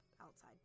outside